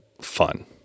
fun